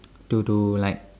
to to like